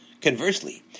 Conversely